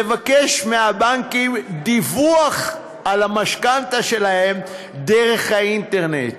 לבקש מהבנקים דיווח על המשכנתה שלהם דרך האינטרנט.